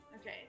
Okay